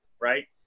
right